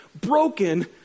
broken